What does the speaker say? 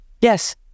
yes